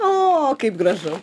o kaip gražu